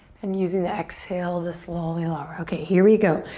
and using the exhale to slowly lower. okay, here we go.